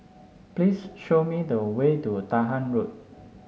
please show me the way to Dahan Road